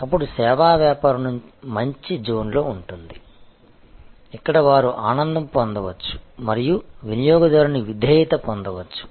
అప్పుడు సేవా వ్యాపారం మంచి జోన్లో ఉంటుంది ఇక్కడ వారు ఆనందం పొందవచ్చు మరియు వినియోగదారుని విధేయత పొందవచ్చు